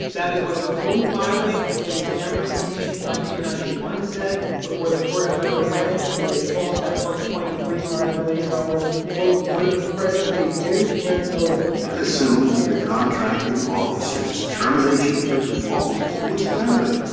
that is what their own filing in september ninety ninety one, said before the court of federal claims, when they called that one point three five billion dollars, quote, money presently due and owing. scalia that assumes that the contracting officer's termination for default was valid.